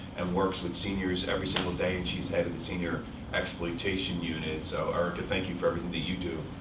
and works with seniors every single day. and she's head of the senior exploitation unit. so erica, thank you for everything that you do.